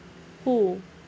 who